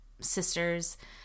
sisters